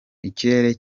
ikirere